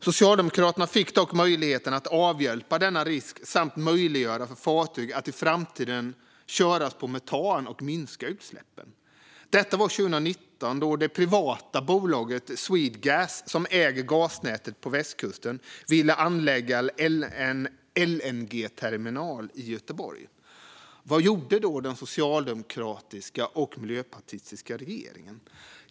Socialdemokraterna fick dock möjligheten att avhjälpa denna risk och möjliggöra för fartyg att i framtiden köras på metan och minska utsläppen. Detta var 2019, då det privata bolaget Swedegas, som äger gasnätet på västkusten, ville anlägga en LNG-terminal i Göteborg. Vad gjorde då den socialdemokratiska och miljöpartistiska regeringen?